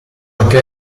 anche